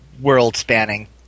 world-spanning